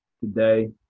today